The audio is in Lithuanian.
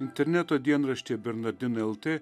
interneto dienraštyje bernardinai el t